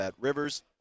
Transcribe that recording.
rivers